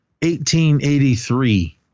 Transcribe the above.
1883